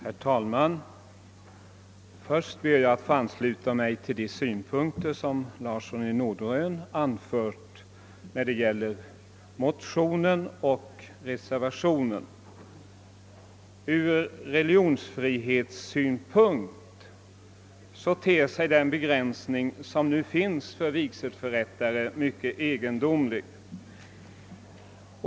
Herr talman! Först ber jag att få ansluta mig till de synpunkter som herr Ur religionsfrihetssynpunkt ter sig den begränsning som nu finns för vigselförrättare mycket egendomlig.